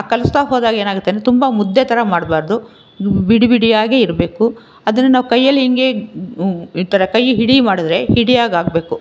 ಕಲಸ್ತಾ ಹೋದಾಗ ಏನಾಗುತ್ತೆ ಅಂದರೆ ತುಂಬ ಮುದ್ದೆ ಥರ ಮಾಡಬಾರ್ದು ಬಿಡಿ ಬಿಡಿಯಾಗೆ ಇರಬೇಕು ಅದನ್ನು ನಾವು ಕೈಯ್ಯಲ್ಲಿ ಹಿಂಗೆ ಈ ಥರ ಕೈ ಹಿಡಿ ಮಾಡಿದರೆ ಹಿಡಿಯಾಗಿ ಆಗಬೇಕು